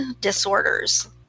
disorders